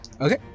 Okay